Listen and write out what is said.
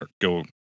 go